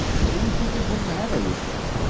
what do you think is the matter with him?